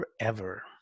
forever